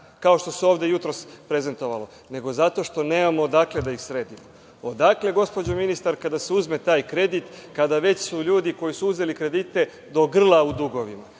kao što se ovde jutros prezentovalo, nego zato što nemamo odakle da ih sredimo. Odakle, gospođo ministarka, da se uzme taj kredit kada su ljudi koji su uzeli kredite do grla u dugovima,